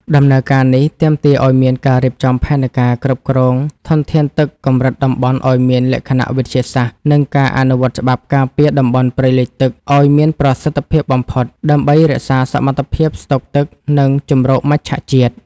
ដំណើរការនេះទាមទារឱ្យមានការរៀបចំផែនការគ្រប់គ្រងធនធានទឹកកម្រិតតំបន់ឱ្យមានលក្ខណៈវិទ្យាសាស្ត្រ និងការអនុវត្តច្បាប់ការពារតំបន់ព្រៃលិចទឹកឱ្យមានប្រសិទ្ធភាពបំផុត ដើម្បីរក្សាសមត្ថភាពស្តុកទឹក និងជម្រកមច្ឆជាតិ។